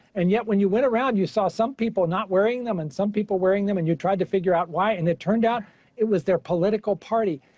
and, yet, when you went around, you saw some people not wearing them and some people wearing them and you tried to figure out why and it turned out it was their political party.